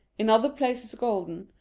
in other places golden,